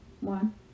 One